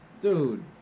Dude